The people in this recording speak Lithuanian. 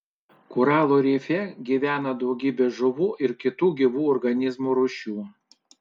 koralų rife gyvena daugybė žuvų ir kitų gyvų organizmų rūšių